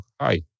hi